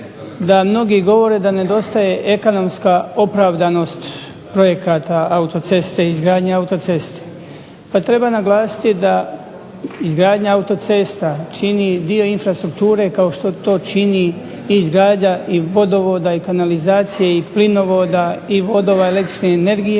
da mnogi govore da nedostaje ekonomska opravdanost projekata autoceste i izgradnje autoceste. Pa treba naglasiti da izgradnja autocesta čini dio infrastrukture kao što to čini i izgradnja i vodovoda i kanalizacije i plinovoda i vodova električne energije